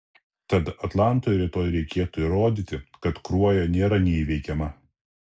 tad atlantui rytoj reikėtų įrodyti kad kruoja nėra neįveikiama